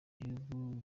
bihugu